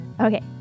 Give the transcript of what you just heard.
Okay